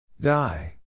Die